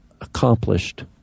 accomplished